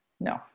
No